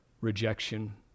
rejection